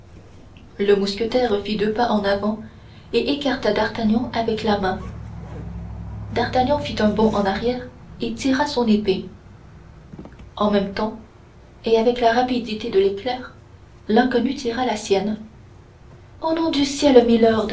le mousquetaire fit deux pas en avant et écarta d'artagnan avec la main d'artagnan fit un bond en arrière et tira son épée en même temps et avec la rapidité de l'éclair l'inconnu tira la sienne au nom du ciel